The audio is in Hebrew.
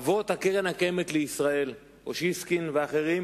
אבות קרן קיימת לישראל, אוסישקין ואחרים,